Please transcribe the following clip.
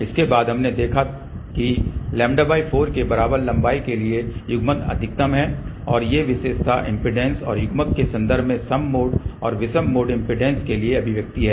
उसके बाद हमने देखा कि λ4 के बराबर लंबाई के लिए युग्मन अधिकतम है और ये विशेषता इम्पीडेन्स और युग्मन के संदर्भ में सम मोड और विषम मोड इम्पीडेन्स के लिए अभिव्यक्ति हैं